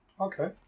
Okay